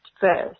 first